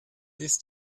ist